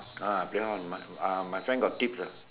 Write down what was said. ah play horse my uh my friend got tips ah